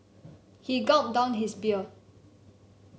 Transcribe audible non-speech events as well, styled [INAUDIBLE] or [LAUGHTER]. he gulped down his beer [NOISE]